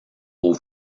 aux